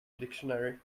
dictionary